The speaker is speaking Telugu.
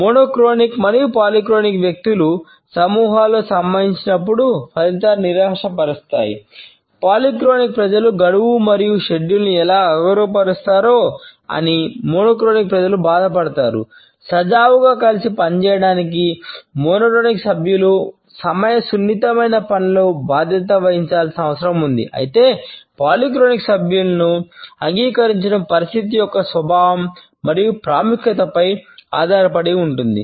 మోనోక్రోనిక్ సభ్యులను అంగీకరించడం పరిస్థితి యొక్క స్వభావం మరియు ప్రాముఖ్యతపై ఆధారపడి ఉంటుంది